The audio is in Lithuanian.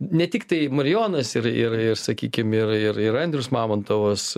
ne tiktai marijonas ir ir ir sakykim ir ir ir andrius mamontovas